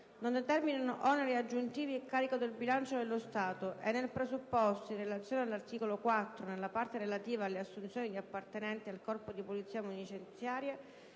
non determinino oneri aggiuntivi a carico del bilancio dello Stato e nel presupposto, in relazione all'articolo 4 nella parte relativa alle assunzioni di appartenenti al Corpo di polizia penitenziaria,